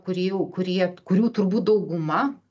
kurie jau kurie kurių turbūt dauguma